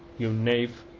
you knave,